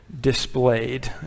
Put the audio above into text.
displayed